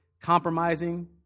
compromising